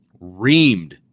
reamed